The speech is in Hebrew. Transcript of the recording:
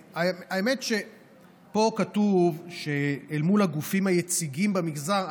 האמת שפה כתוב: אל מול הגופים היציגים במגזר.